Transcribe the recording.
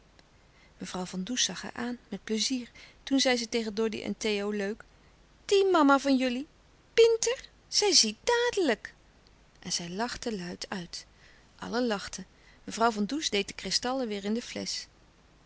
mevrouw van does zag haar aan met pleizier toen zei ze tegen doddy en theo leuk die mama van jullie pinter zij ziet dadelijk en zij lachte luid uit allen lachten mevrouw van does deed de kristallen weêr in de flesch